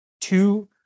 two